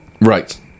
Right